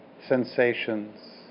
sensations